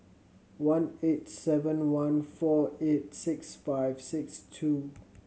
one eight seven one four eight six five six two